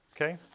Okay